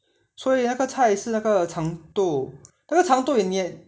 所以那个菜是那个长豆那个长豆你也